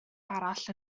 arall